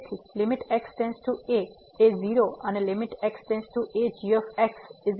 તેથી limit x → a એ 0 અને g 0 છે